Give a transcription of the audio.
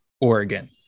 Oregon